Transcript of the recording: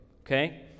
okay